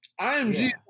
IMG